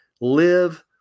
live